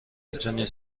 میتونی